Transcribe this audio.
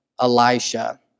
Elisha